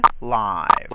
live